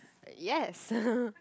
yes